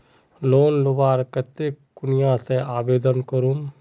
Loan लुबार केते कुनियाँ से आवेदन करूम?